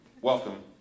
welcome